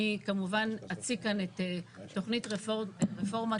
אני כמובן אציג כאן את תוכנית רפורמת